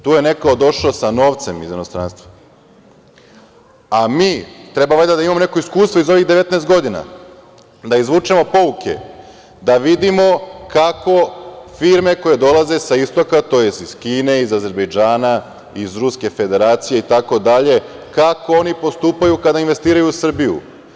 Tu je neko došao sa novcem iz inostranstva, a mi treba valjda da imamo neko iskustvo za ovih 19 godina, da izvučemo pouke, da vidimo kako firme koje dolaze sa istoka, tj. iz Kine, iz Azerbejdžana, iz Ruske Federacije itd. postupaju kada investiraju u Srbiju?